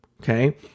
okay